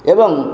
ଏବଂ